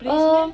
um